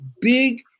big